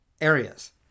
areas